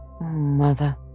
Mother